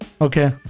Okay